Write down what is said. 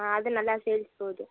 ஆ அது நல்லா சேல்ஸ் போது